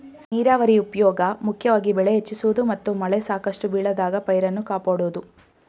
ನೀರಾವರಿ ಉಪ್ಯೋಗ ಮುಖ್ಯವಾಗಿ ಬೆಳೆ ಹೆಚ್ಚಿಸುವುದು ಮತ್ತು ಮಳೆ ಸಾಕಷ್ಟು ಬೀಳದಾಗ ಪೈರನ್ನು ಕಾಪಾಡೋದು